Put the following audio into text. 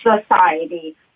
society